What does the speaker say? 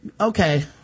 Okay